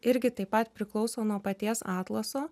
irgi taip pat priklauso nuo paties atlaso